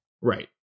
Right